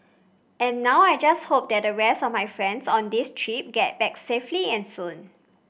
and now I just hope that the rest of my friends on this trip get back safely and soon